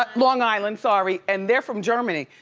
but long island, sorry, and they're from germany.